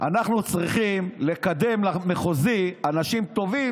אנחנו צריכים לקדם למחוזי אנשים טובים,